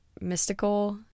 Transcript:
mystical